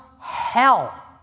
hell